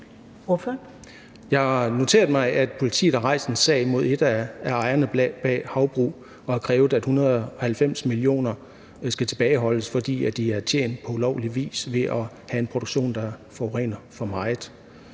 har noteret mig, at politiet har rejst en sag mod en ejer af et af havbrugene og har krævet, at 190 mio. kr. skal tilbageholdes, fordi de er tjent på ulovlig vis ved at have en produktion, der forurener for meget.